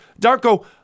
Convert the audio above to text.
Darko